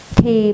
Thì